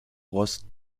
rost